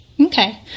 Okay